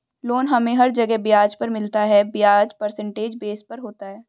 loan हमे हर जगह ब्याज पर मिलता है ब्याज परसेंटेज बेस पर होता है